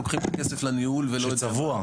לוקחים את הכסף לניהול ולא --- שהוא צבוע.